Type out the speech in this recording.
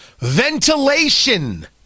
Ventilation